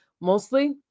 mostly